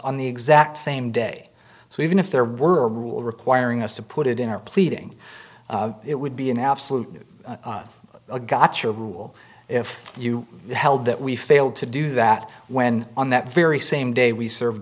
on the exact same day so even if there were a rule requiring us to put it in our pleading it would be an absolute a gotcha rule if you held that we failed to do that when on that very same day we served